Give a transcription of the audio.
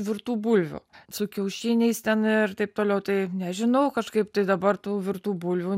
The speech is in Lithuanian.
virtų bulvių su kiaušiniais ten ir taip toliau tai nežinau kažkaip tai dabar tų virtų bulvių